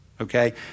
okay